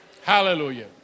hallelujah